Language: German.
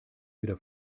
wieder